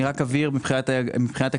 אני רק אבהיר שמבחינה תקציבית,